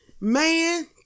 Man